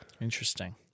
Interesting